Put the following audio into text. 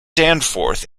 danforth